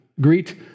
greet